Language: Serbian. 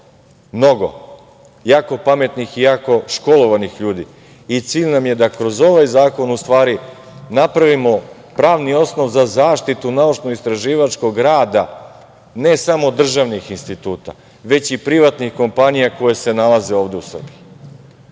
mnogo jako pametnih i jako školovanih ljudi i cilj nam je da kroz ovaj zakon napravimo pravni osnov za zaštitu naučno-istraživačkog rada. Ne samo državnih instituta, već i privatnih kompanija koje se nalaze ovde u Srbiji.